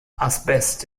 asbest